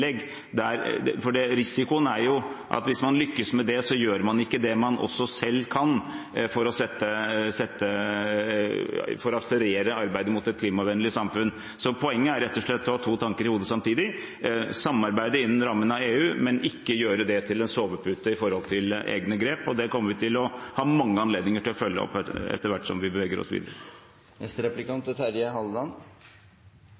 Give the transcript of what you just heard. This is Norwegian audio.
Risikoen er at hvis man lykkes med det, gjør man ikke det man selv kan for å akselerere arbeidet mot et klimavennlig samfunn. Poenget er rett og slett å ha to tanker i hodet samtidig, å samarbeide innen rammen med EU, men ikke gjøre det til en sovepute når det gjelder egne grep, og det kommer vi til å ha mange anledninger til å følge opp etter hvert som vi beveger oss videre.